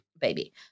Baby